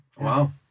Wow